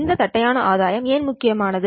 இந்த தட்டையான ஆதாயம் ஏன் முக்கியமானது